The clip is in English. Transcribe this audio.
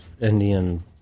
indian